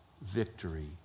victory